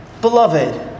beloved